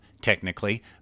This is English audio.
technically